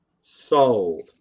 sold